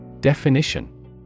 Definition